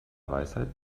weisheit